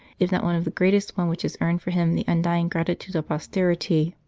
if not one of the greatest, one which has earned for him the undying gratitude of posterity.